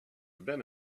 been